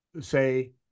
say